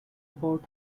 about